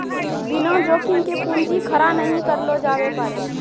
बिना जोखिम के पूंजी खड़ा नहि करलो जावै पारै